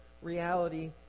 Reality